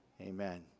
amen